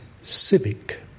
civic